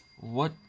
What-